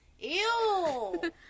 Ew